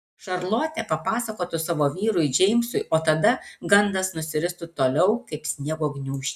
šarlotė papasakotų savo vyrui džeimsui o tada gandas nusiristų toliau kaip sniego gniūžtė